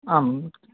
आम्